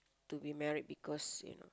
to be married because you know